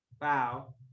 Wow